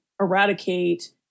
eradicate